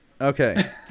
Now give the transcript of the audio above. Okay